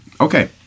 okay